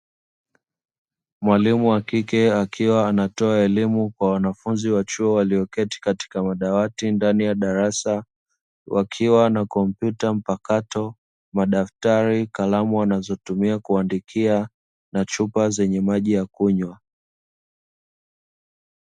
Mwalimu wa kike akiwa anatoa elimu kwa wanafunzi wa chuo walioketi katika madawati ndani ya darasa, wakiwa na kompyuta mpakato, madaftari, kalamu wanazotumia kuandikia na chupa zenye maji ya kunywa.